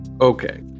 Okay